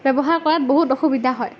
ব্যৱহাৰ কৰাত বহুত অসুবিধা হয়